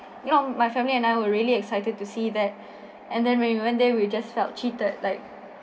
you know my family and I were really excited to see that and then when we went there we just felt cheated like